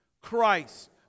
Christ